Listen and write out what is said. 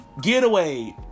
Getaway